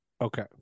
Okay